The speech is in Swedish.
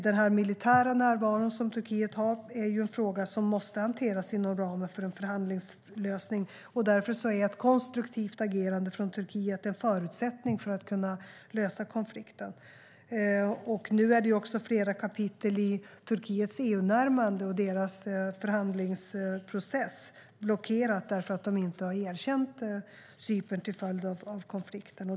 Den militära närvaro som Turkiet har är en fråga som måste hanteras inom ramen för en förhandlingslösning. Därför är ett konstruktivt agerande från Turkiet en förutsättning för att man ska kunna lösa konflikten. Nu är också flera kapitel i Turkiets EU-närmande och förhandlingsprocess blockerade därför att de inte har erkänt Cypern till följd av konflikten.